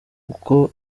uko